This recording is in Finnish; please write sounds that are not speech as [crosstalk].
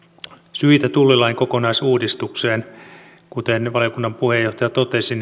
syitä tullilain kokonaisuudistukseen kuten valiokunnan puheenjohtaja totesi [unintelligible]